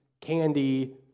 candy